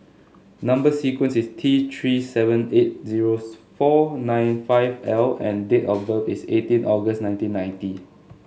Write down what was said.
number sequence is T Three seven eight zero four nine five L and date of birth is eighteen August nineteen ninety